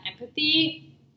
empathy